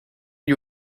you